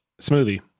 smoothie